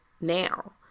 now